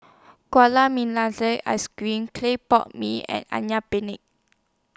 Gula Ice Cream Clay Pot Mee and Ayam Penyet